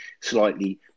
slightly